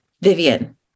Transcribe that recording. Vivian